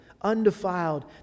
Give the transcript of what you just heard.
undefiled